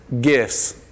gifts